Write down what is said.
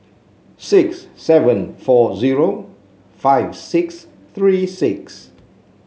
six seven four zero five six three six